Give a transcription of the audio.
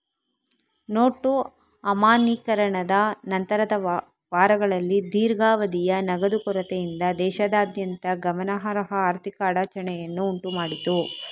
note ಅಮಾನ್ಯೀಕರಣದ ನಂತರದ ವಾರಗಳಲ್ಲಿ ದೀರ್ಘಾವಧಿಯ ನಗದು ಕೊರತೆಯಿಂದ ದೇಶದಾದ್ಯಂತ ಗಮನಾರ್ಹ ಆರ್ಥಿಕ ಅಡಚಣೆಯನ್ನು ಉಂಟು ಮಾಡಿತು